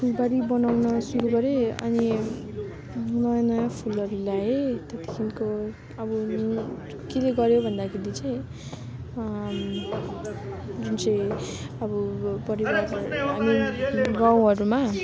फुलबारी बनाउन सुरू गरेँ अनि नयाँ नयाँ फुलहरू ल्याएँ त्यहाँदेखिको अब के ले गरेँ भन्दाखेरि चाहिँ जुन चाहिँ अब परिवार देखि गाउँहरूमा